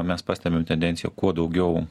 mes pastebim tendenciją kuo daugiau